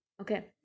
okay